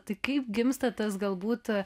tai kaip gimsta tas galbūt